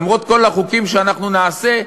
למרות כל החוקים שאנחנו נעשה,